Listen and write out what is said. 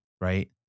Right